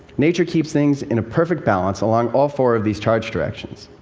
nature keeps things in a perfect balance along all four of these charge directions.